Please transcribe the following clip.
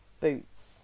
boots